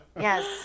yes